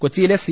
കൊച്ചിയിലെ സി